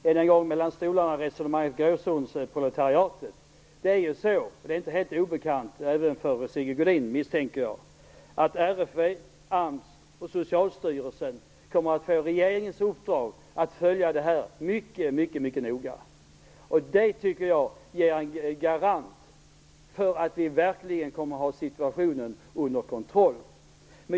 Herr talman! Jag vill än en gång ta upp mellanstolarna-resonemanget och gråzonsproletariatet. Jag misstänker att det inte är helt obekant för Sigge Godin att RFV, AMS och Socialstyrelsen kommer att få regeringens uppdrag att följa utvecklingen mycket noga. Det tycker jag är en garanti för att vi verkligen kommer att ha situationen under kontroll.